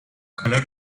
color